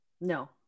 No